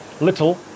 little